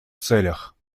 целях